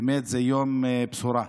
באמת זה יום בשורה.